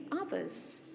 others